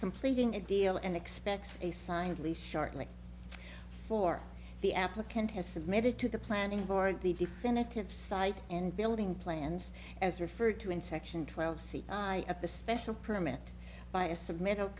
completing a deal and expects a signed lease shortly for the applicant has submitted to the planning board the definitive site and building plans as referred to in section twelve c of the special permit by a submitted